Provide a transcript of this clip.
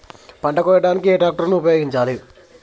పంట కోయడానికి ఏ ట్రాక్టర్ ని ఉపయోగించాలి?